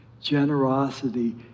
Generosity